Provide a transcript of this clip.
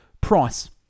Price